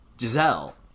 Giselle